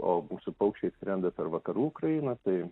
o mūsų paukščiai skrenda per vakarų ukrainą tai